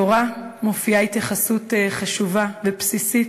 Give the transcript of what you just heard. בתורה מופיעה התייחסות חשובה ובסיסית